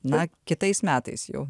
na kitais metais jau